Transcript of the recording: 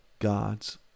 God's